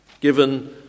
given